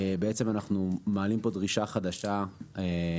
אנחנו בעצם מעלים פה דרישה חדשה על